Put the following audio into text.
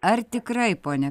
ar tikrai pone